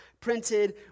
printed